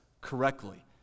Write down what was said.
correctly